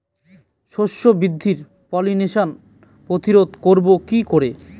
শস্য বৃদ্ধির পলিনেশান প্রতিরোধ করব কি করে?